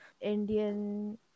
Indian